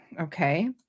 okay